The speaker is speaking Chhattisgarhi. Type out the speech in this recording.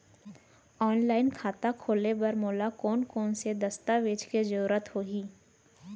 ऑनलाइन खाता खोले बर मोला कोन कोन स दस्तावेज के जरूरत होही?